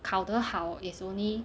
考得好 is only